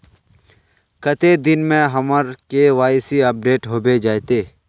कते दिन में हमर के.वाई.सी अपडेट होबे जयते?